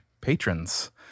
patrons